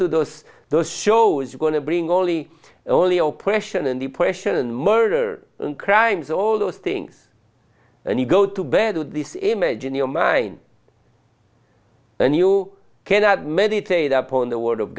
to those those shows are going to bring only only or pression and depression and murder and crimes all those things and you go to bed with this image in your mind and you cannot meditate upon the word of